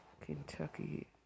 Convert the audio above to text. Kentucky